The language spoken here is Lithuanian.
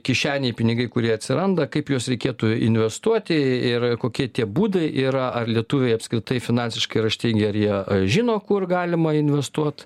kišenėj pinigai kurie atsiranda kaip juos reikėtų investuoti ir kokie tie būdai yra ar lietuviai apskritai finansiškai raštingi ar jie žino kur galima investuot